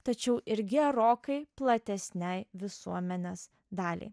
tačiau ir gerokai platesnei visuomenės daliai